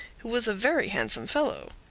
who was a very handsome fellow.